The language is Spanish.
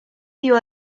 dio